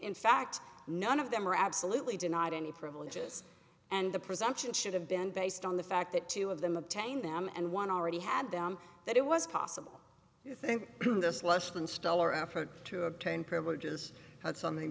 in fact none of them are absolutely denied any privileges and the presumption should have been based on the fact that two of them obtained them and one already had them that it was possible in this less than stellar effort to obtain privileges had something